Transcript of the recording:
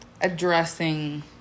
Addressing